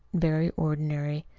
very ordinary.